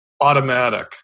Automatic